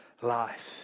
life